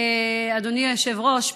אדוני היושב-ראש,